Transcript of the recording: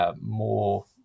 more